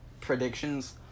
predictions